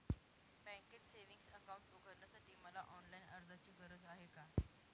बँकेत savings account उघडण्यासाठी मला ऑनलाईन अर्जाची गरज आहे का?